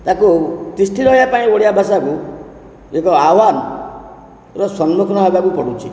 ତା'କୁ ତିଷ୍ଠି ରହିବା ପାଇଁ ଓଡ଼ିଆ ଭାଷାକୁ ଏକ ଆହ୍ୱାନର ସମ୍ମୁଖୀନ ହେବାକୁ ପଡୁଛି